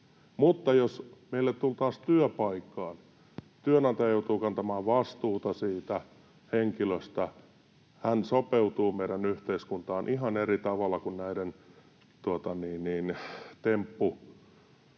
jos meille tultaisiin työpaikkaan, niin työnantaja joutuisi kantamaan vastuuta siitä henkilöstä. Hän sopeutuu meidän yhteiskuntaan ihan eri tavalla kuin näiden